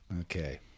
okay